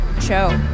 show